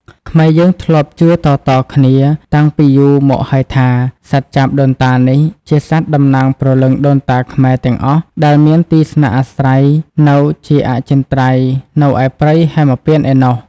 ខ្មែរយើងធ្លាប់ជឿតៗ គ្នាតាំងពីរយូរមកហើយថា សត្វចាបដូនតានេះ ជាសត្វតំណាងព្រលឹងដូនតាខ្មែរទាំងអស់ដែលមានទីស្នាក់អាស្រ័យនៅជាអចិន្ត្រៃយ៍នៅឯព្រៃហេមពាន្តឯណោះ។